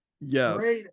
yes